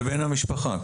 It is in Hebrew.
לבן המשפחה.